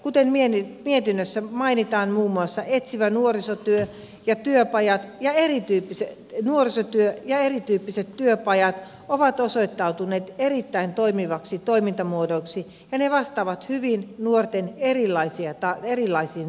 kuten mietinnössä mainitaan muun muassa etsivä nuorisotyö ja työpajat ja ehditty se olisi työ ja erityyppiset työpajat ovat osoittautuneet erittäin toimiviksi toimintamuodoiksi ja ne vastaavat hyvin nuorten erilaisiin tarpeisiin